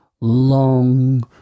long